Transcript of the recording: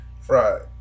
Fried